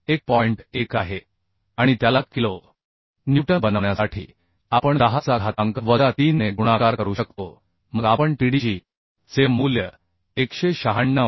1 आहे आणि त्याला किलो न्यूटन बनवण्यासाठी आपण 10 चा घातांक वजा 3 ने गुणाकार करू शकतो मग आपण TDG चे मूल्य 196